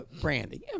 Brandy